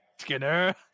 Skinner